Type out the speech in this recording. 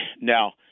Now